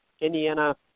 Indiana